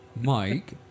Mike